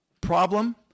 Problem